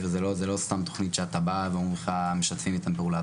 זה לא סתם תכנית שאתה משתף פעולה.